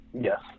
yes